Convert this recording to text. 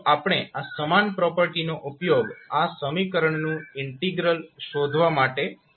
તો આપણે આ સમાન પ્રોપર્ટીનો ઉપયોગ આ સમીકરણનું ઈન્ટીગ્રલ શોધવા માટે કરીશું